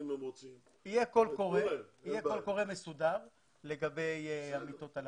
יהיה קול קורא מסודר לגבי המיטות הללו.